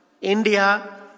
India